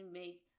make